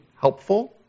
helpful